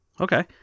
Okay